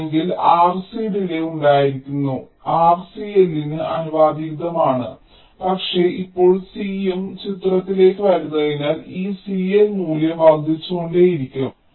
ആണെങ്കിൽ RC delay ഉണ്ടായിരുന്നു RCLന് ആനുപാതികമാണ് പക്ഷേ ഇപ്പോൾ C യും ചിത്രത്തിലേക്ക് വരുന്നതിനാൽ ഈ CL മൂല്യം വർദ്ധിച്ചുകൊണ്ടിരിക്കും